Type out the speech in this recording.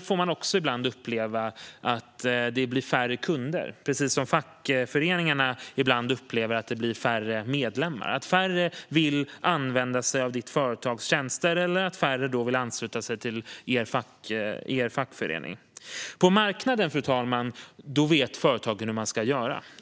får man också ibland uppleva att det blir färre kunder, precis som fackföreningarna ibland upplever att det blir färre medlemmar. Det handlar om att färre vill använda företagets tjänster eller om att färre vill ansluta sig till ens fackförening. På marknaden vet företagen hur de ska göra.